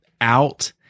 Out